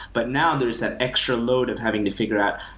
but now, there is that extra load of having to figure out,